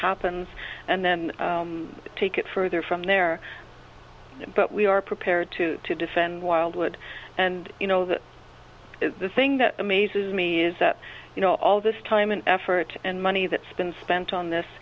happens and then take it further from there but we are prepared to defend wildwood and you know that the thing that amazes me is that you know all this time and effort and money that's been spent on this